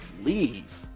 leave